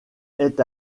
est